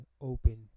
open